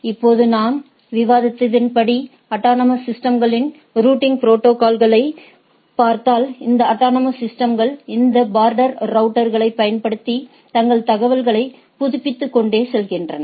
இப்போது நாம் விவாதித்தபடி அட்டானமஸ் சிஸ்டம்களில் ரூட்டிங் ப்ரோடோகால்ஸ்களைப் பார்த்தால்இந்த அட்டானமஸ் சிஸ்டம்கள் இந்த பார்டர் ரவுட்டர்களைப் பயன்படுத்தி தங்கள் தகவல்களைப் புதுப்பித்துக்கொண்டே செல்கிறது